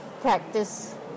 practice